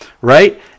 right